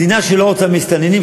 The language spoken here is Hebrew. מדינה שלא רוצה מסתננים,